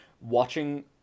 watching